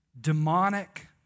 demonic